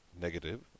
negative